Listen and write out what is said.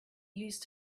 used